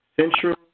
Central